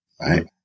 right